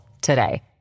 today